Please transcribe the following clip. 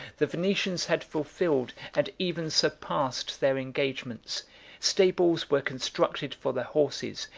the venetians had fulfilled, and even surpassed, their engagements stables were constructed for the horses,